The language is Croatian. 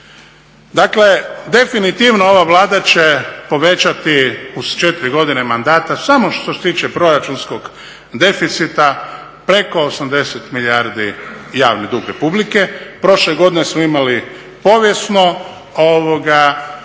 Dakle definitivno ova Vlada će povećati uz 4 godine mandata samo što se tiče proračunskog deficita preko 80 milijardi javni dug Republike. Prošle godine smo imali povijesno visoki